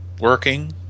working